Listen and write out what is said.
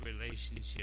relationship